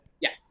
Yes